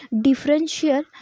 differential